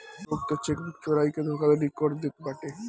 लोग तअ चेकबुक चोराई के धोखाधड़ी कर देत बाटे